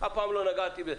אבל אף פעם לא נגעתי בזה.